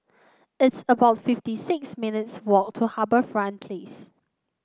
it's about fifty six minutes' walk to HarbourFront Place